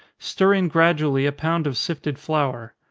stir in gradually a pound of sifted flour.